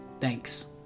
Thanks